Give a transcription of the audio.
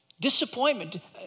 Disappointment